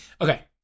Okay